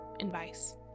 advice